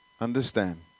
understand